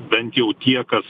bent jau tie kas